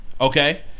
Okay